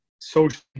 social